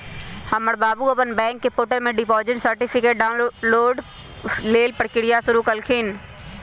हमर बाबू अप्पन बैंक पोर्टल से डिपॉजिट सर्टिफिकेट डाउनलोड लेल प्रक्रिया शुरु कलखिन्ह